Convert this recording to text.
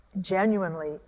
genuinely